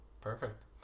Perfect